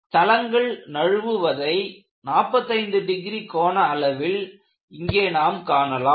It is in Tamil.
தளங்கள் நழுவுவதை 45 டிகிரி கோண அளவில் இங்கே நாம் காணலாம்